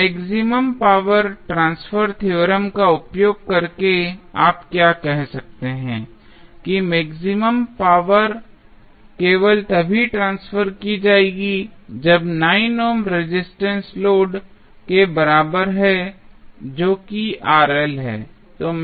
अब maximum power transfer theorem का उपयोग करके आप क्या कह सकते हैं कि मैक्सिमम पावर केवल तभी ट्रांसफर की जाएगी जब 9 ओम रेजिस्टेंस लोड के बराबर है जो कि है